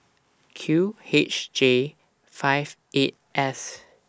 Q H J five eight S